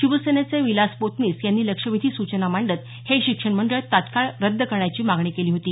शिवसेनेचे विलास पोतनीस यांनी लक्षवेधी सूचना मांडत हे शिक्षण मंडळ तत्काळ रद्द करण्याची मागणी केली होती